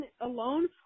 alone